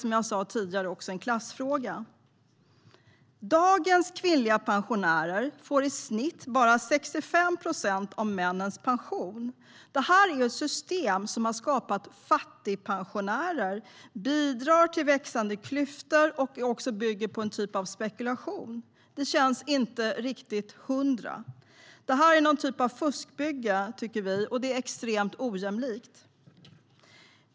Som jag sa tidigare är det en klassfråga. Dagens kvinnliga pensionärer får i snitt bara 65 procent av männens pension. Detta är ett system som har skapat fattigpensionärer, bidrar till växande klyftor och bygger på en typ av spekulation. Det känns inte riktigt hundra. Vi tycker att det är någon typ av fuskbygge, och det är extremt ojämlikt.